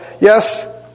Yes